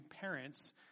parents